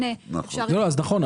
לא, אז נכון.